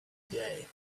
day